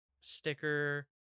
sticker